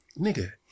nigga